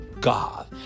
God